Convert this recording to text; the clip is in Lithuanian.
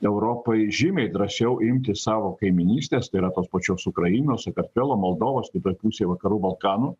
europai žymiai drąsiau imti savo kaimynystės tai yra tos pačios ukrainos sakartvelo moldovos kitoj pusėj vakarų balkanų